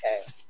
okay